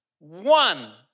One